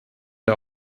der